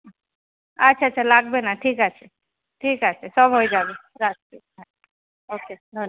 আচ্ছা আচ্ছা লাগবে না ঠিক আছে ঠিক আছে সব হয়ে যাবে রাখছি হ্যাঁ ওকে ধন্য